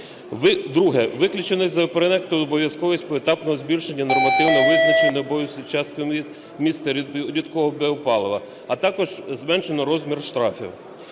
Друге. Виключено з проекту обов'язковість поетапного збільшення нормативно визначеної обов'язкової частки вмісту рідкого біопалива, а також зменшено розмір штрафів.